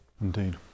Indeed